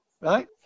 right